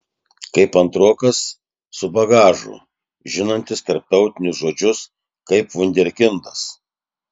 kaip antrokas su bagažu žinantis tarptautinius žodžius kaip vunderkindas